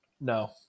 no